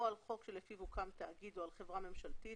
או על חוק שלפיו הוקם תאגיד או על חברה ממשלתית,